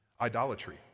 idolatry